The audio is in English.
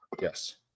Yes